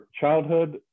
childhood